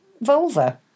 vulva